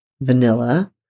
vanilla